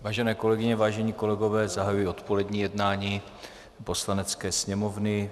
Vážené kolegyně, vážení kolegové, zahajuji odpolední jednání Poslanecké sněmovny.